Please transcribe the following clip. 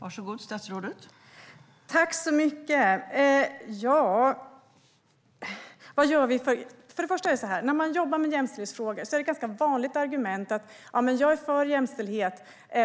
Fru ålderspresident! När man jobbar med jämställdhetsfrågor är ett vanligt argument att man är för jämställdhet,